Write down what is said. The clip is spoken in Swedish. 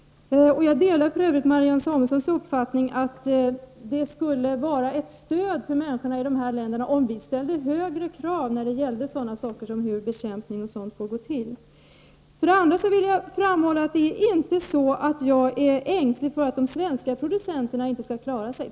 För övrigt delar jag Marianne Samuelssons uppfattning att det skulle vara ett stöd för människorna i dessa länder om vi ställde högre krav på hur bl.a. bekämpningen får gå till. För det tredje vill jag framhålla att jag inte är ängsligt för att de svenska producenterna skall klara sig.